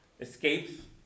escapes